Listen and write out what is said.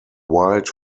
wild